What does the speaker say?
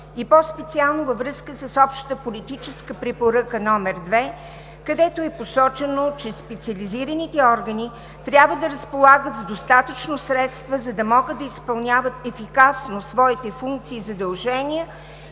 и по-специално във връзка с общата политическа препоръка № 2, където е посочено, че специализираните органи трябва да разполагат с достатъчно средства, за да могат да изпълняват ефикасно своите функции и задължения